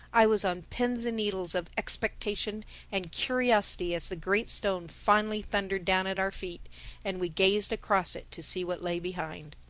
i was on pins and needles of expectation and curiosity as the great stone finally thundered down at our feet and we gazed across it to see what lay behind.